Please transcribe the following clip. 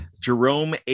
Jerome